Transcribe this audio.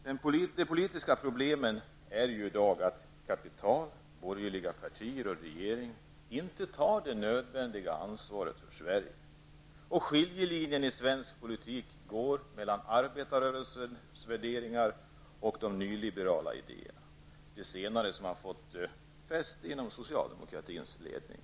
De politiska problemen är ju i dag att kapital, borgerliga partier och regering inte tar det nödvändiga ansvaret för Sverige. Skiljelinjen i svensk politik går mellan arbetarrörelsens värderingar och nyliberala idéer; de senare har även fått fäste inom socialdemokratins ledning.